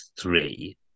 three